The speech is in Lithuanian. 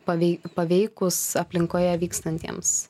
pavei paveikus aplinkoje vykstantiems